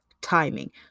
timing